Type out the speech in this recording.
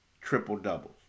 triple-doubles